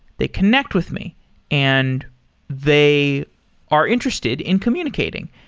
they connect with me and they are interested in communicating.